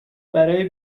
برای